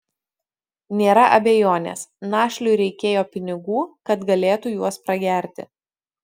nėra abejonės našliui reikėjo pinigų kad galėtų juos pragerti